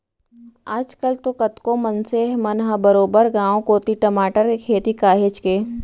आज कल तो कतको मनसे मन ह बरोबर गांव कोती टमाटर के खेती काहेच के